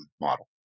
model